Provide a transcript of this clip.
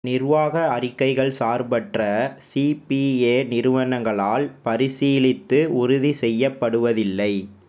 நிர்வாக அறிக்கைகள் சார்பற்ற சிபிஏ நிறுவனங்களால் பரிசீலித்து உறுதி செய்யப்படுவதில்லை